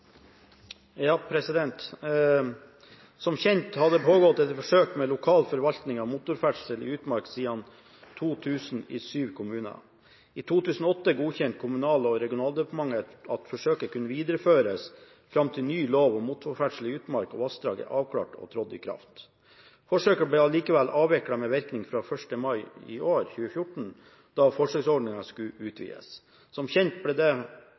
kjent har det pågått et forsøk med lokal forvaltning av motorferdsel i utmark siden 2000 i 7 kommuner. I 2008 godkjente Kommunal- og regionaldepartementet at forsøket kunne videreføres fram til ny lov om motorferdsel i utmark og vassdrag er avklart og trådt i kraft. Forsøket ble likevel avviklet med virkning fra 1. mai 2014, da forsøksordningen skulle utvides. Som kjent ble